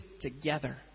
together